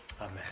Amen